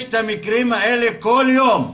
יש את המקרים האלה כל יום,